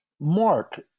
Mark